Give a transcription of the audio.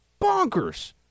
bonkers